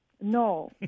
No